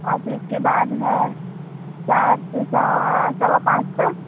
और फिर उसके बाद है चार से सवा पाँच तक